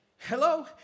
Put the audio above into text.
hello